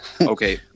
Okay